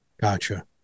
Gotcha